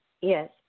yes